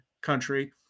country